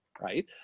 right